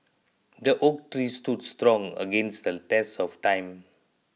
the oak tree stood strong against the test of time